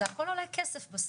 זה הכול עולה כסף בסוף,